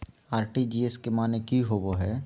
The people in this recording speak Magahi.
आर.टी.जी.एस के माने की होबो है?